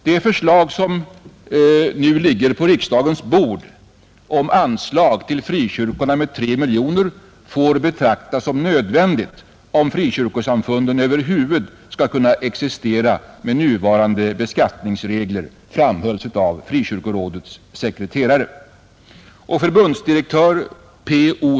Det förslag, som nu ligger på riksdagens bord, ——— om anslag till frikyrkorna med 3 miljoner, får betraktas som nödvändigt, om frikyrkosamfunden över huvud skall kunna existera, med nuvarande beskattningsregler”, framhöll Frikyrkorådets sekreterare. Förbundsdirektör P.-O.